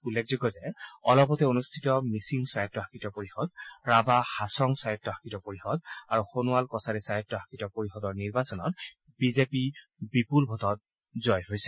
উল্লেখযোগ্য যে অলপতে অনুষ্ঠিত মিচিং স্বায়ত্ত শাসিত পৰিষদ ৰাভা হাছং স্বায়ত্ত শাসিত পৰিষদ আৰু সোণোৱাল কছাৰী স্বায়ত্ত শাসিত পৰিষদৰ নিৰ্বাচনত বিজেপি বিপুল ভোটত জয়ী হৈছে